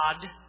God